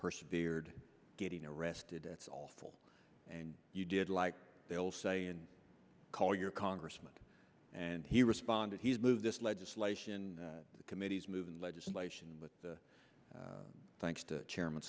persevered getting arrested it's awful and you did like they'll say and call your congressman and he responded he's moved this legislation the committee is moving legislation but thanks to chairman